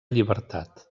llibertat